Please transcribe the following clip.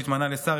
שהתמנה לשר,